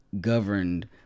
governed